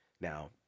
Now